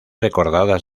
recordadas